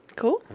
cool